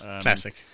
Classic